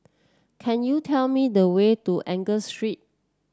could you tell me the way to Angus Street